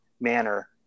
manner